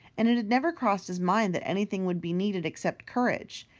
and it had never crossed his mind that anything would be needed except courage.